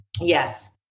Yes